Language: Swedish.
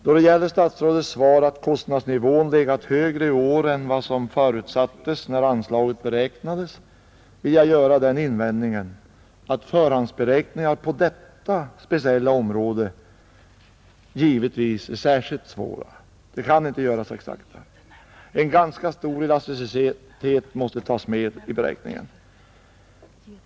Då statsrådet påpekar att kostnadsnivån legat högre i år än vad som förutsattes när anslaget beräknades vill jag göra den invändningen att förhandsberäkningar på detta speciella område givetvis är särskilt svåra. De kan inte göras exakta, utan de måste inrymma en ganska stor elasticitet.